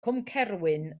cwmcerwyn